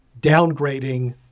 downgrading